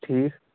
ٹھیٖک